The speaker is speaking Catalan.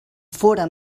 fóra